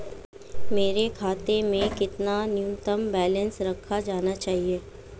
मेरे खाते में कितना न्यूनतम बैलेंस रखा जाना चाहिए?